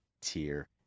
tier